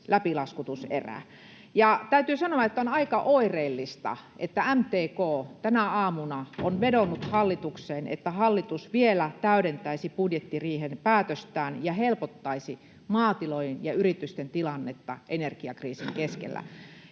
Täytyy sanoa, että on aika oireellista, että MTK tänä aamuna on vedonnut hallitukseen, että hallitus vielä täydentäisi budjettiriihen päätöstään ja helpottaisi maatilojen ja yritysten tilannetta energiakriisin keskellä.